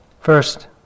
First